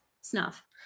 snuff